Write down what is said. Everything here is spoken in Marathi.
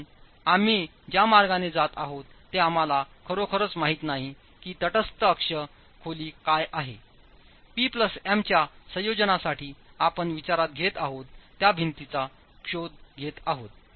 म्हणून आम्ही ज्या मार्गाने जात आहोत ते आम्हालाखरोखरच माहित नाही की तटस्थ अक्ष खोली काय आहे P प्लस M च्या संयोजनासाठीज्या आपण विचारात घेत आहोत त्या भिंतीचा शोध घेत आहोत